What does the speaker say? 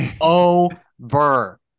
over